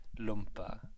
Lumpa